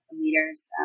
leaders